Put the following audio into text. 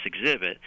exhibit